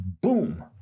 Boom